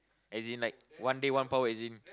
as in like one day one power as in